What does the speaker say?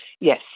yes